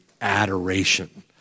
adoration